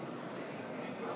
63 נגד, אני קובע שההצעה לא התקבלה.